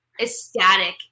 ecstatic